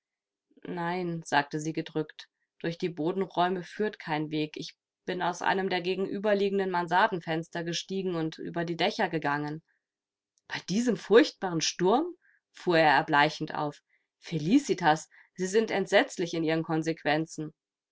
nein sagte sie gedrückt durch die bodenräume führt kein weg ich bin aus einem der gegenüberliegenden mansardenfenster gestiegen und über die dächer gegangen bei diesem furchtbaren sturm fuhr er erbleichend auf felicitas sie sind entsetzlich in ihren konsequenzen